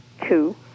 Two